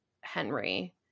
Henry